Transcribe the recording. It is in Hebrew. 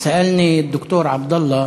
(אומר דברים בשפה הערבית,